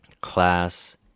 class